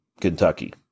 Kentucky